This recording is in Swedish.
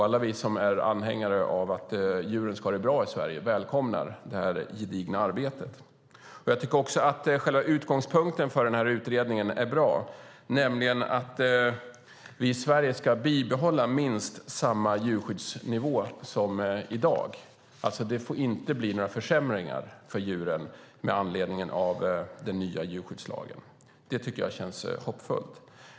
Alla vi som är anhängare av att djuren ska ha det bra i Sverige välkomnar detta gedigna arbete. Utgångspunkten för utredningen är bra, nämligen att vi i Sverige ska behålla minst samma djurskyddsnivå som i dag. Det får alltså inte bli några försämringar för djuren till följd av den nya djurskyddslagen. Det känns hoppfullt.